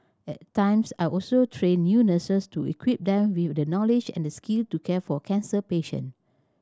at times I also train new nurses to equip them with the knowledge and the skill to care for cancer patient